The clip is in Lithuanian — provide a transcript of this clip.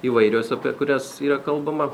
įvairios apie kurias yra kalbama